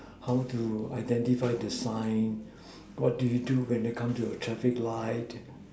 how to identify the signs what do you do when you come to a traffic light